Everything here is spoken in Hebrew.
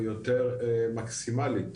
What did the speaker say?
ויותר מקסימלית,